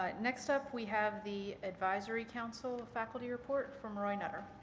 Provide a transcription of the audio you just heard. um next up we have the advisory council faculty report from roy nutter.